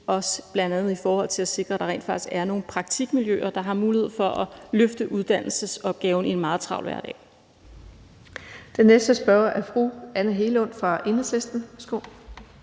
også bl.a. i forhold til at sikre, at der rent faktisk er nogle praktikmiljøer, der har mulighed for at løfte uddannelsesopgaven i en meget travl hverdag. Kl. 16:57 Den fg. formand (Birgitte